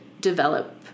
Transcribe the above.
develop